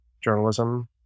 journalism